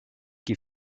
qui